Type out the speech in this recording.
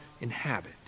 inhabit